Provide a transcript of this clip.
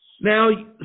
Now